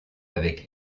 avec